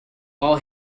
all